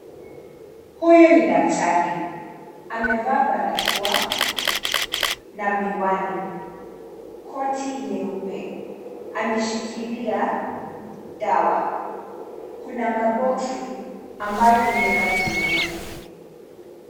Huyu ni daktari, amevaa barakoa na miwani, koti nyeupe, ameshikilia dawa, kuna maboksi ambayo ni ya rangi nyeupe.